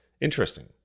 Interesting